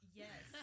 yes